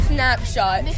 Snapshot